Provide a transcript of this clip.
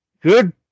good